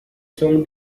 songs